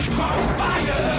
Crossfire